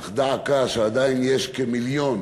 אך דא עקא שעדיין יש כמיליון